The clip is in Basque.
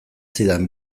zidan